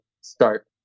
start